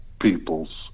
peoples